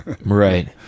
Right